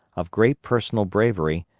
of great personal bravery,